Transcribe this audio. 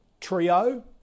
trio